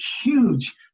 huge